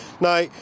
Now